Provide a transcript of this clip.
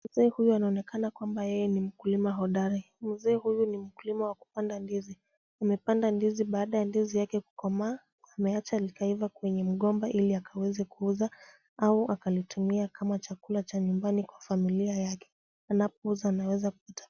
Mzee huyu anaonekana kwamba yeye huyu ni mkulima hodari. Mzee huyu ni mkulima wa kupanda ndizi. Amepanda ndizi baada ya ndizi yake kukomaa. Ameacha likaiva kwenye mgomba ili akaweze kuuza au akalitumie kama chakula cha nyumbani kwa familia yake. Anapouza anaweza kupata